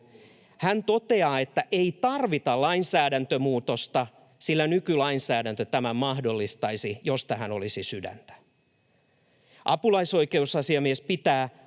Hän toteaa, että ei tarvita lainsäädäntömuutosta, sillä nykylainsäädäntö tämän mahdollistaisi, jos tähän olisi sydäntä. Apulaisoikeusasiamies pitää ”täysin